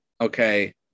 okay